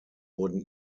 wurden